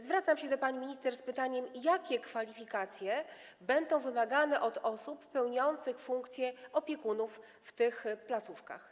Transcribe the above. Zwracam się do pani minister z pytaniem: Jakie kwalifikacje będą wymagane od osób pełniących funkcje opiekunów w tych placówkach?